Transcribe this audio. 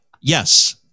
Yes